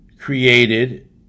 created